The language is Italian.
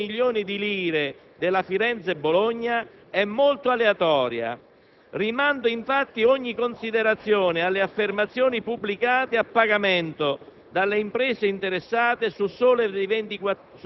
della tratta di Bologna rispetto agli 82 milioni di euro della Firenze-Bologna è molto aleatoria. Rimando infatti ogni considerazione alle affermazioni pubblicate a pagamento